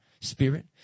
spirit